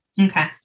Okay